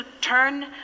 turn